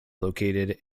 located